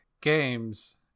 games